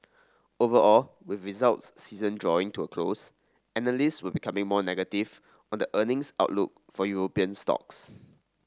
overall with results season drawing to a close analyst were becoming more negative on the earnings outlook for European stocks